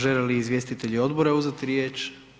Žele li izvjestitelji odbora uzeti riječ?